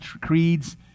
creeds